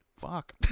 fuck